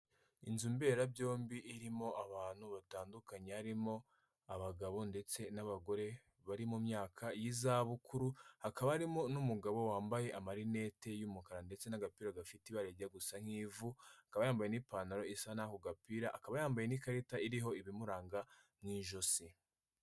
Inzu mbera byombi irimo abantu batandukanye, harimo abagabo ndetse n'abagore, bari mu myaka y'izabukuru, hakaba harimo n'umugabo wambaye amarinete y'umukara ndetse n'agapira gafite ibara rijya gusa nk'ivu, akaba yambaye n’ipantaro isa n’agapira akaba yambaye n'ikarita iriho ibimuranga mw’ijosi.